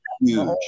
huge